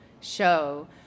show